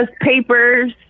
papers